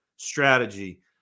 strategy